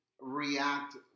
react